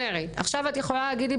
האם את יכולה להגיד לי